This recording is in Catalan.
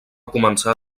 començar